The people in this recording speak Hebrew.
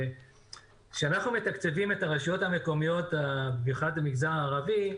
כשאנחנו מתקצבים את הרשויות המקומיות במיוחד במגזר הערבי,